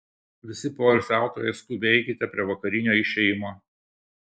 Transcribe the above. visi poilsiautojai skubiai eikite prie vakarinio išėjimo